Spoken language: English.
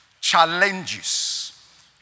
challenges